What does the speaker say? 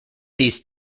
these